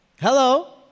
Hello